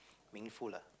meaningful lah